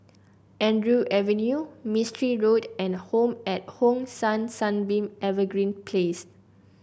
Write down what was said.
Andrews Avenue Mistri Road and Home at Hong San Sunbeam Evergreen Place